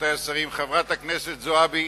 רבותי השרים, חברת הכנסת זועבי,